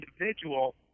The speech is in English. individual